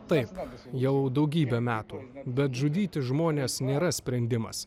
taip jau daugybę metų bet žudyti žmones nėra sprendimas